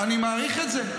אני מעריך את זה.